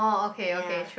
ya